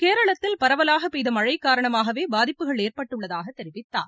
கேரளத்தில் பரவலாக பெய்த மழை காரணமாகவே பாதிப்புகள் ஏற்பட்டுள்ளதாக தெரிவித்தார்